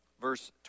Verse